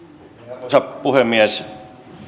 arvoisa puhemies